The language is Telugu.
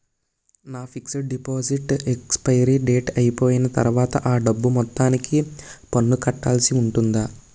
నా ఫిక్సడ్ డెపోసిట్ ఎక్సపైరి డేట్ అయిపోయిన తర్వాత అ డబ్బు మొత్తానికి పన్ను కట్టాల్సి ఉంటుందా?